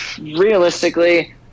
realistically